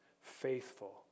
faithful